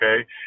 okay